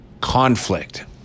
conflict